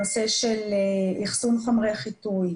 הנושא של אחסון חומרי חיטוי,